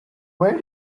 where